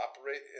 operate